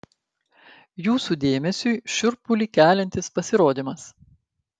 jūsų dėmesiui šiurpulį keliantis pasirodymas